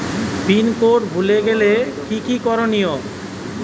Pin code ভুলে গেলে কি কি করনিয়?